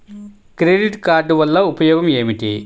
Credit card వల్ల ఉపయోగం ఏమిటీ?